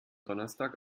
donnerstag